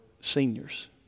seniors